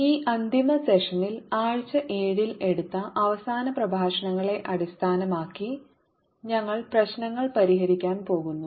ഈ അന്തിമ സെഷനിൽ ആഴ്ച 7 ൽ എടുത്ത അവസാന പ്രഭാഷണങ്ങളെ അടിസ്ഥാനമാക്കി ഞങ്ങൾ പ്രശ്നങ്ങൾ പരിഹരിക്കാൻ പോകുന്നു